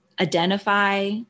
identify